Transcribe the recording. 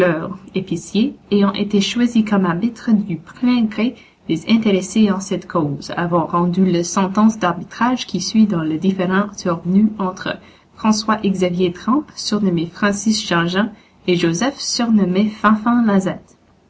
épicier ayant été choisis comme arbitres du plein gré des intéressés en cette cause avons rendu la sentence d'arbitrage qui suit dans le différend survenu entre françois xavier trempe surnommé francis jean jean et joseph surnommé fanfan